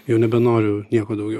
jau nebenoriu nieko daugiau